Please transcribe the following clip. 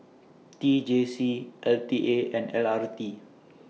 T J C L T A and L R T